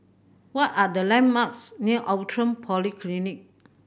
what are the landmarks near Outram Polyclinic